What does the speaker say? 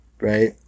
right